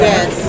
Yes